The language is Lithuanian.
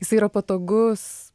jisai yra patogus